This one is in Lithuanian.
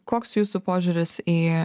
koks jūsų požiūris į